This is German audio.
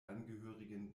angehörigen